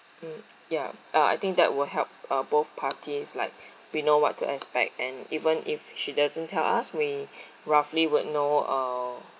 mm ya uh I think that will help uh both parties like we know what to expect and even if she doesn't tell us we roughly would know